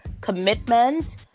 commitment